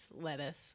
lettuce